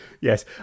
Yes